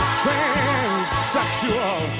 transsexual